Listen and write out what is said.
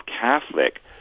Catholic